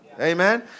Amen